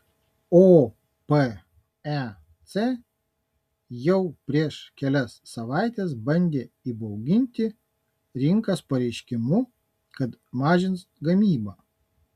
opec jau prieš kelias savaites bandė įbauginti rinkas pareiškimu kad mažins gamybą